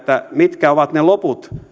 mitkä ovat ne loput